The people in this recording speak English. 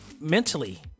mentally